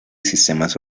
sistemas